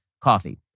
coffee